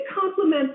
complement